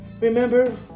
Remember